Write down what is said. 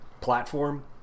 Platform